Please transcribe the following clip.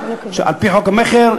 שעל-פי חוק המכר,